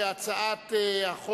ההצעה להעביר את הצעת